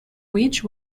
which